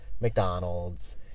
McDonald's